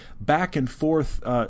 back-and-forth